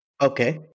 Okay